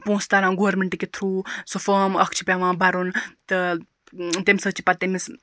پونٛسہٕ تَران گورمنٹٕکہِ تھروٗ سُہ فام اکھ چھُ پیٚوان بَرُن تہٕ تمہِ سۭتۍ چھ پَتہٕ تمِس